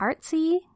artsy